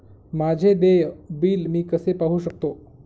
माझे देय बिल मी कसे पाहू शकतो?